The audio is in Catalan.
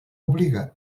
obliga